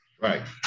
Right